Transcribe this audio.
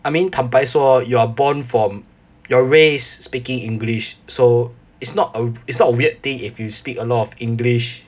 I mean 坦白说 you are born from you're raised speaking english so it's not a it's not a weird thing if you speak a lot of english